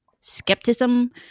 skepticism